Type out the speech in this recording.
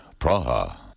Praha